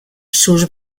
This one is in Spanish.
sus